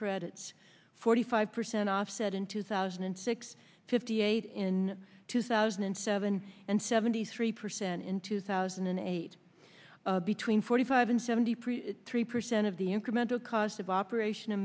credits forty five percent offset in two thousand and six fifty eight in two thousand and seven and seventy three percent in two thousand and eight between forty five and seventy per cent of the incremental cost of operation a